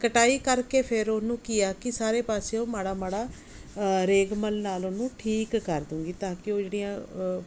ਕਟਾਈ ਕਰਕੇ ਫਿਰ ਉਹਨੂੰ ਕੀ ਆ ਕਿ ਸਾਰੇ ਪਾਸਿਓਂ ਮਾੜਾ ਮਾੜਾ ਰੇਗਮਲ ਨਾਲ ਉਹਨੂੰ ਠੀਕ ਕਰ ਦੂੰਗੀ ਤਾਂ ਕਿ ਉਹ ਜਿਹੜੀਆਂ